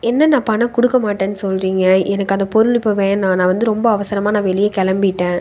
என்னண்ணா பணம் கொடுக்க மாட்டேன்னு சொல்றீங்க எனக்கு அந்தப் பொருள் இப்போ வேணாம் நான் வந்து ரொம்ப அவசரமாக நான் வெளியே கிளம்பிட்டேன்